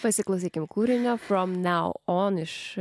pasiklausykime kūrinio from nau on iš